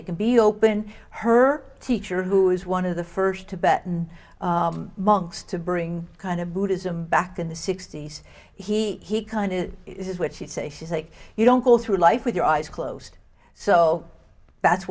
they can be open her teacher who is one of the first tibetans monks to bring kind of buddhism back in the sixty's he he kind of is what she'd say she's like you don't go through life with your eyes closed so that's